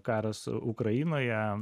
karas ukrainoje